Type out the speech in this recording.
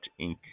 Inc